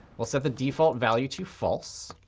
we'll set the default value to false.